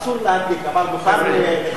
אסור להדליק אבל מותר לכבות?